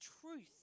truth